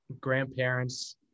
grandparents